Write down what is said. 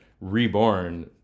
reborn